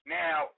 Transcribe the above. now